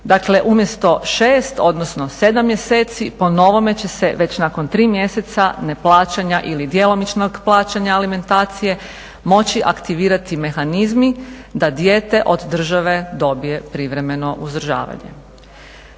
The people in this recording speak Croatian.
Dakle, umjesto šest, odnosno sedam mjeseci po novome će se već nakon tri mjeseca neplaćanja ili djelomičnog plaćanja alimentacije moći aktivirati mehanizmi da dijete od države dobije privremeno uzdržavanje.